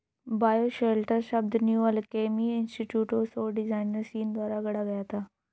bioshelter शब्द new alchemy institute और सौर डिजाइनर सीन द्वारा गढ़ा गया था